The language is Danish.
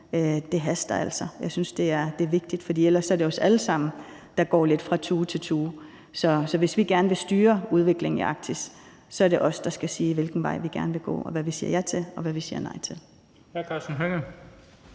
det haster altså. Jeg synes, det er vigtigt, for ellers er det os alle sammen, der hopper lidt fra tue til tue. Så hvis vi gerne vil styre udviklingen i Arktis, er det os, der skal sige, hvilken vej vi gerne vil gå, og hvad vi siger ja til, og hvad vi siger nej til. Kl. 20:22 Den fg.